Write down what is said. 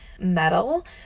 metal